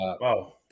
Wow